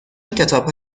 کتاب